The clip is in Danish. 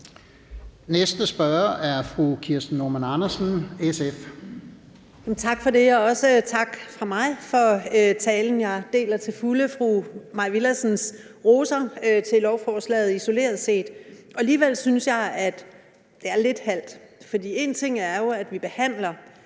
SF. Kl. 11:30 Kirsten Normann Andersen (SF): Tak for det, og også tak fra mig for talen. Jeg deler til fulde fru Mai Villadsens roser til lovforslaget isoleret set. Alligevel synes jeg, at det er lidt halvt. For en ting er, at vi behandler